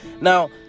Now